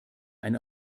ein